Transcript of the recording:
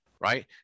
right